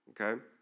okay